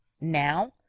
now